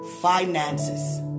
finances